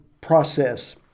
process